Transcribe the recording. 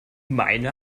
meine